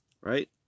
Right